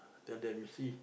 tell them to see